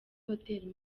hotel